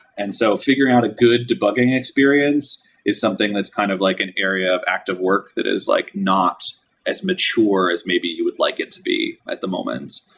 and so figuring out a debugging experience is something that's kind of like an area of active work that is like not as mature as maybe you would like it to be at the moment.